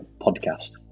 podcast